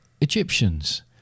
Egyptians